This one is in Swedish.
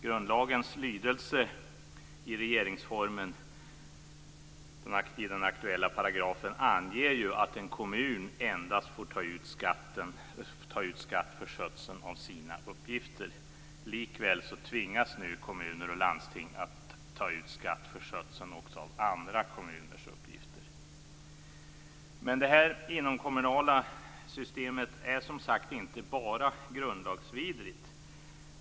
Grundlagens lydelse i den aktuella paragrafen i regeringsformen anger att en kommun endast får ta ut skatt för skötseln av sina uppgifter. Likväl tvingas nu kommuner och landsting att ta ut skatt för skötseln också av andra kommuners uppgifter. Men det inomkommunala systemet är som sagt inte bara grundlagsvidrigt.